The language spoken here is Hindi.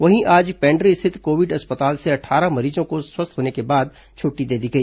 वहीं आज पेण्ड्री स्थित कोविड अस्पताल से अट्ठारह मरीजों को स्वस्थ होने के बाद छुट्टी दे दी गई